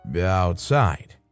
outside